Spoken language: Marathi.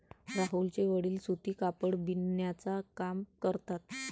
राहुलचे वडील सूती कापड बिनण्याचा काम करतात